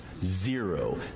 zero